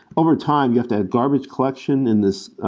over time, you have to add garbage collection in this